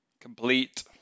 complete